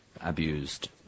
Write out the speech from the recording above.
abused